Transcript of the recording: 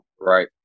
right